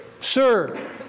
Sir